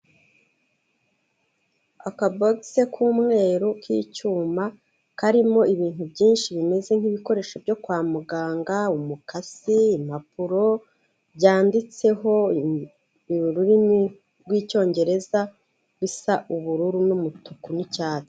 Akabogise k'umweru k'icyuma karimo ibintu byinshi bimeze nk'ibikoresho byo kwa muganga umukasi, impapuro byanditseho mu rurimi rw'Icyongereza bisa ubururu n'umutuku n'icyatsi.